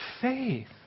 faith